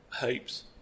Heaps